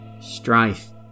strife